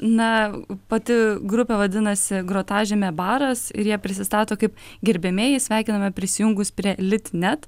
na pati grupė vadinasi grotažymė baras ir jie prisistato kaip gerbiamieji sveikiname prisijungus prie litnet